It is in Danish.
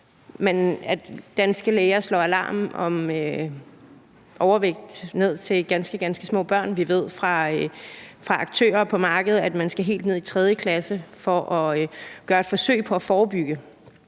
vi, at danske læger slår alarm om overvægt i forhold til ganske små børn. Og vi ved fra aktører på markedet, at man skal helt ned i 3. klasse for at gøre et forsøg på at forebygge